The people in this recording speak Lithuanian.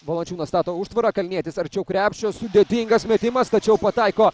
valančiūnas stato užtvarą kalnietis arčiau krepšio sudėtingas metimas tačiau pataiko